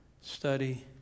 study